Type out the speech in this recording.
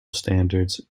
standards